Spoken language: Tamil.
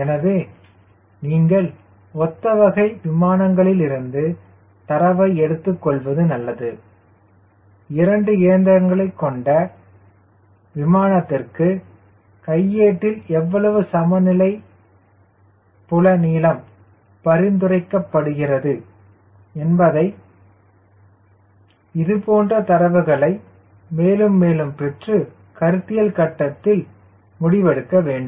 எனவே நீங்கள் ஒத்த வகை விமானங்களிலிருந்து தரவை எடுத்துக்கொள்வது நல்லது இரண்டு இயந்திரங்களைக் கொண்ட மானத்திற்கு கையேட்டில் எவ்வளவு சமநிலை புல நீளம் பரிந்துரைக்கப்படுகிறது இதுபோன்ற தரவுகளை மேலும் பெற்று கருத்தியல் கட்டத்தில் முடிவெடுக்க வேண்டும்